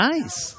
Nice